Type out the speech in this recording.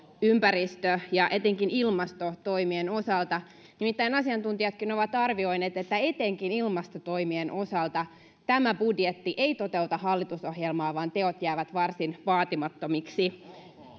ympäristö ja etenkin ilmastotoimien osalta nimittäin asiantuntijatkin ovat arvioineet että etenkin ilmastotoimien osalta tämä budjetti ei toteuta hallitusohjelmaa vaan teot jäävät varsin vaatimattomiksi